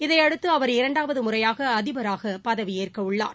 இதையடுத்து அவர் இரண்டாவது முறையாக அதிபராக பதவியேற்கவுள்ளார்